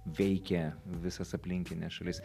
veikė visas aplinkines šalis